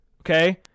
Okay